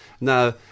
Now